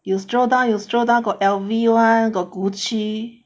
you scroll down you scroll down 有 L_V one got Chanel got Gucci